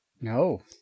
no